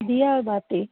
दीया और बाती